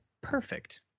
Perfect